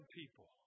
people